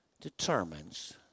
determines